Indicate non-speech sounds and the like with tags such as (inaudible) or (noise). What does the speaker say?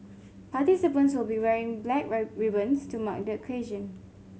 participants will be wearing black (unintelligible) ribbons to mark the occasion